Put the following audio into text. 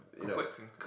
Conflicting